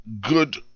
good